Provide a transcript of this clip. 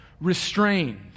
restrained